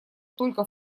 только